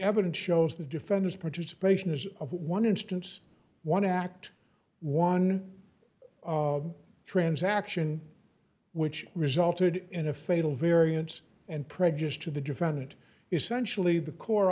evidence shows the defenders participation is of one instance one act one transaction which resulted in a fatal variance and prejudice to the defendant essentially the core